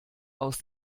aus